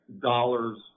dollars